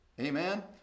Amen